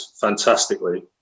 fantastically